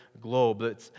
globe